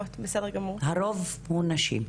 הרוב הוא נשים.